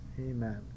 Amen